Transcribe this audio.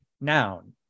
noun